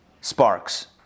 sparks